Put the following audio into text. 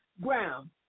ground